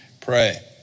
pray